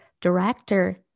director